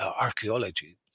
archaeology